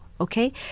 okay